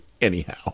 Anyhow